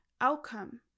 outcome